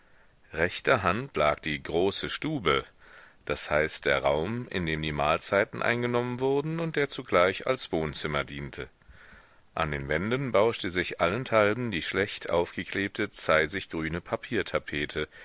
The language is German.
rechter hand lag die große stube das heißt der raum in dem die mahlzeiten eingenommen wurden und der zugleich als wohnzimmer diente an den wänden bauschte sich allenthalben die schlecht aufgeklebte